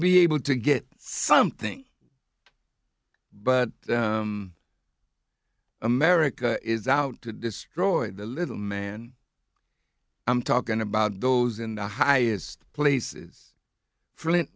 be able to get something but america is out to destroy the little man i'm talking about those in the highest places f